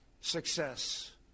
success